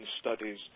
studies